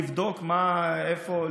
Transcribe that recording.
לבדוק איפה,